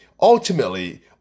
ultimately